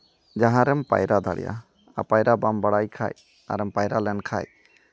ᱡᱟᱦᱟᱸᱨᱮᱢ ᱯᱟᱭᱨᱟ ᱫᱟᱲᱮᱭᱟᱜᱼᱟ ᱟᱨ ᱯᱟᱭᱨᱟ ᱵᱟᱢ ᱵᱟᱲᱟᱭ ᱠᱷᱟᱡ ᱟᱨᱮᱢ ᱯᱟᱭᱨᱟ ᱞᱮᱱᱠᱷᱟᱡ